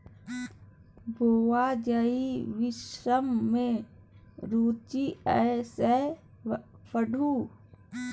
बौंआ जाहि विषम मे रुचि यै सैह पढ़ु